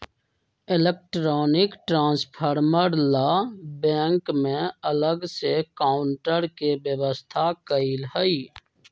electronic transfer ला bank में अलग से काउंटर के व्यवस्था कएल हई